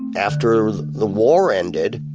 after the war ended,